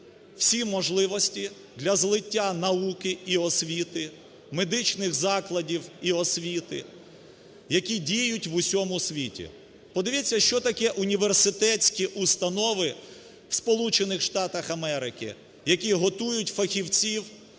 всі можливості для злиття науки і освіти, медичних закладів і освіти, які діють в усьому світі. Подивіться, що таке університетські установи в Сполучених